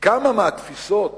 שכמה מהתפיסות